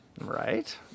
Right